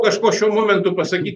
kažko šiuo momentu pasakyt